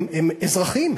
הם אזרחים,